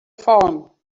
phone